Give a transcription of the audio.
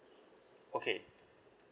okay